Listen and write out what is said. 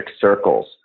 circles